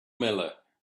miller